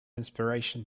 inspiration